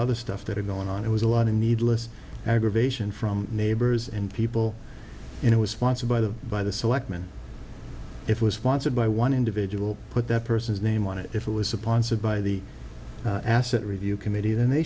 other stuff that are going on it was a lot of needless aggravation from neighbors and people and it was sponsored by the by the selectmen it was sponsored by one individual put that person's name on it if it was upon said by the asset review committee then they